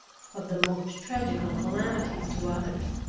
of the most tragical calamities to others,